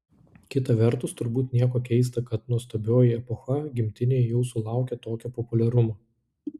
kita vertus turbūt nieko keista kad nuostabioji epocha gimtinėje jau sulaukė tokio populiarumo